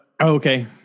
Okay